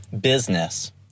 Business